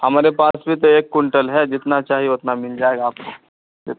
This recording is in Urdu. ہمارے پاس بھی تو ایک کنٹل ہے جتنا چاہیے اتنا مل جائے گا آپ کو